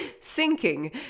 sinking